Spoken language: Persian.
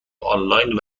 آنلاین